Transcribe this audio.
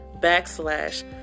backslash